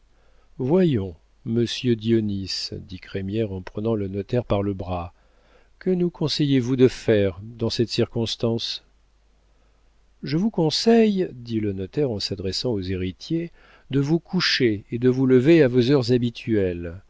voyons monsieur dionis dit crémière en prenant le notaire par le bras que nous conseillez-vous de faire dans cette circonstance je vous conseille dit le notaire en s'adressant aux héritiers de vous coucher et de vous lever à vos heures habituelles